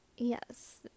Yes